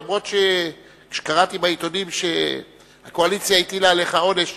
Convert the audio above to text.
אף-על-פי שקראתי בעיתונים שהקואליציה הטילה עליך עונש.